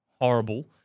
horrible